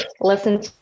listen